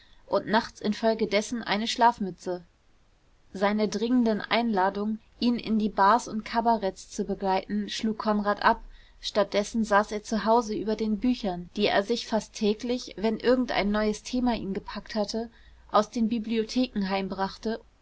und nachts infolgedessen eine schlafmütze seine dringenden einladungen ihn in die bars und kabaretts zu begleiten schlug konrad ab statt dessen saß er zu hause über den büchern die er sich fast täglich wenn irgendein neues thema ihn gepackt hatte aus den bibliotheken